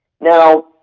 Now